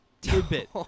tidbit